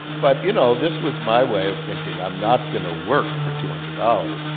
but, you know, this was my way of thinking. i'm not going to work for two hundred dollars,